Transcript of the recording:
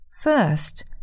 First